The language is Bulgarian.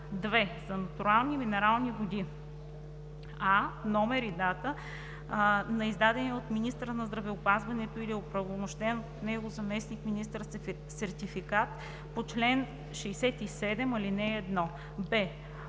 2. за натурални минерални води: а) номер и дата на издадения от министъра на здравеопазването или от оправомощен от него заместник-министър сертификат по чл. 67, ал. 1; б)